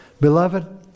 Beloved